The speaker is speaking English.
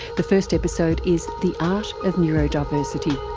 the first episode is the art of neurodiversity.